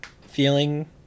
feeling